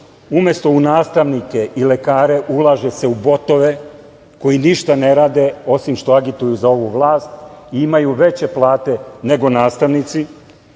umesto u nastavnike i lekare ulaže se u botove koji ništa ne rade osim što agituju za ovu vlast i imaju veće plate nego nastavnici.